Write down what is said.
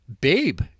Babe